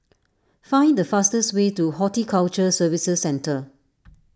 find the fastest way to Horticulture Services Centre